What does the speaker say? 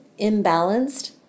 imbalanced